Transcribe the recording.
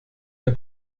der